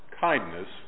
kindness